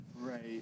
Right